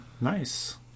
Nice